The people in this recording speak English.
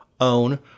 own